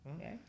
okay